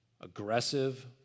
aggressive